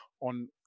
on